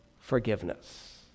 forgiveness